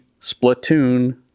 Splatoon